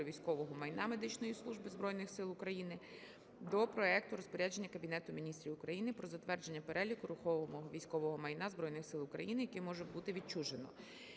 військового майна медичної служби Збройних Сил України до проекту розпорядження Кабінету Міністрів України "Про затвердження переліку рухомого військового майна Збройних Сил України, яке може бути відчужено"